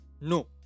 No